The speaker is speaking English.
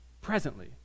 Presently